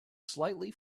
slightly